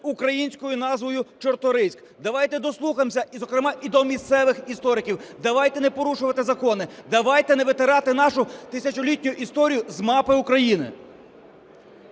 українською назвою Чорторийськ". Давайте дослухаємося, зокрема, і до місцевих істориків. Давайте не порушувати закони, давайте не витирати нашу тисячолітню історію з мапи України.